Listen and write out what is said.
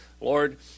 lord